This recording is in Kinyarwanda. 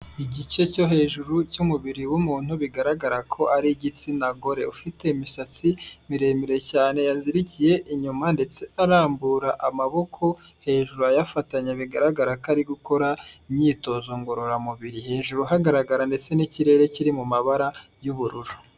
Igice cyo hejuru cy'umubiri w'umuntu, bigaragara ko ari igitsina gore. Ufite imisatsi miremire cyane yazirikiye inyuma ndetse arambura amaboko, hejuru ayafatanya bigaragara ko ari gukora imyitozo ngororamubiri. Hejuru hagaragara ndetse n'ikirere kiri mu mabara y'ubururu.